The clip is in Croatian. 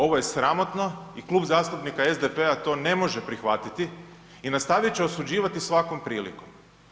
Ovo je sramotno i Klub zastupnika SDP-a to ne može prihvatiti i nastavit će osuđivati svakom prilikom.